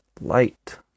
light